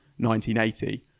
1980